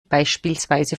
beispielsweise